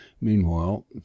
meanwhile